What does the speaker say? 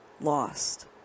lost